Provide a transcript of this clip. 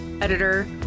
Editor